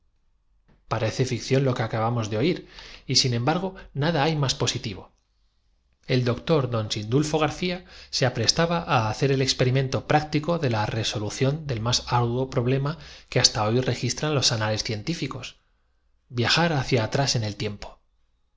parece ficción lo que acabamos de oir y sin cional reparando que el húsar echaba mano del sable embargo nada hay más positivo el doctor don sindulfo garcía se aprestaba á hacer el experimento práctico de la re solución del más arduo problema que hasta hoy regis tran los anales científicos viajar hacia atrás en el tiempo